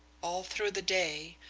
all through the day,